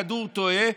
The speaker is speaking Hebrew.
כדור תועה,